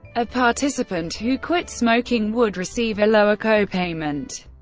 a participant who quit smoking would receive a lower co-payment.